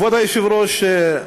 כבוד היושב-ראש,